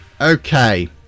Okay